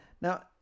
now